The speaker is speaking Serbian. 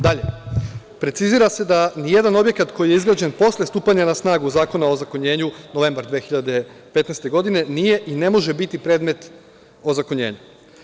Dalje, precizira se da jedan objekat koji je izgrađen posle stupanja na snagu Zakona ozakonjenju, novembar 2015. godine, nije i ne može biti predmet ozakonjenja.